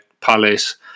Palace